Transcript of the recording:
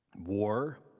War